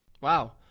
Wow